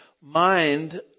mind